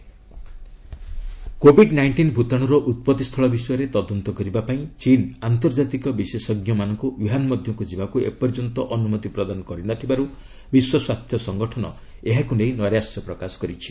WHO ଚୀନ୍ covid nineteen ଭୂତାଣୁର ଉତ୍ପତ୍ତି ସ୍ଥଳ ବିଷୟରେ ତଦନ୍ତ କରିବାପାଇଁ ଚୀନ୍ ଆନ୍ତର୍ଜାତିକ ବିଶେଷଜ୍ଞମାନଙ୍କୁ ଓ୍ୱହାନ୍ ମଧ୍ୟକୁ ଯିବାକୁ ଏପର୍ଯ୍ୟନ୍ତ ଅନୁମତି ପ୍ରଦାନ କରି ନ ଥିବାରୁ ବିଶ୍ୱ ସ୍ୱାସ୍ଥ୍ୟ ସଙ୍ଗଠନ ଏହାକୁ ନେଇ ନୈରାଶ୍ୟ ପ୍ରକାଶ କରିଛି